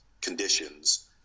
conditions